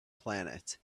planet